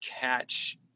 catch